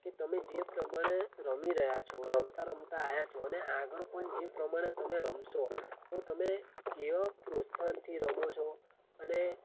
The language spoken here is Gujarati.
કે તમે જે પ્રમાણે રમી રહ્યાં છો રમતા રમતા આવ્યા છો ને આગળ પણ જે પ્રમાણે તમે રમશો તો તમે એવા પ્રોત્સાહનથી રમો છો અને